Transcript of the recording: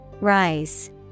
Rise